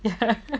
ya